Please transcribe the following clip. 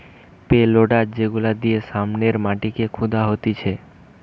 pay loader যেগুলা দিয়ে সামনের মাটিকে খুদা হতিছে